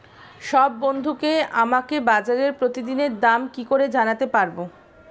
সব বন্ধুকে আমাকে বাজারের প্রতিদিনের দাম কি করে জানাতে পারবো?